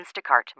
Instacart